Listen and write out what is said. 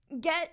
Get